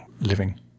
living